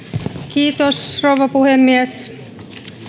kiitos rouva puhemies